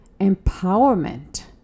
empowerment